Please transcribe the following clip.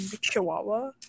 Chihuahua